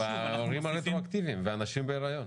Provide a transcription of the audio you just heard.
והדברים הרטרואקטיביים והנשים בהיריון.